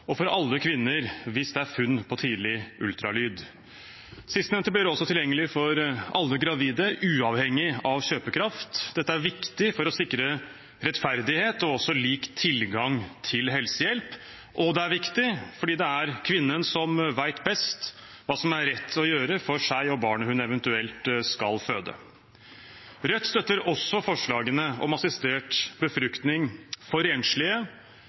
og for alle kvinner hvis det er funn på tidlig ultralyd. Sistnevnte blir også tilgjengelig for alle gravide uavhengig av kjøpekraft. Dette er viktig for å sikre rettferdighet og lik tilgang til helsehjelp. Det er viktig, fordi det er kvinnen som vet best hva som er rett å gjøre for seg og barnet hun eventuelt skal føde. Rødt støtter også forslagene om assistert befruktning for enslige,